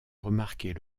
remarquer